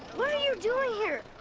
what are you doing here?